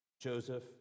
Joseph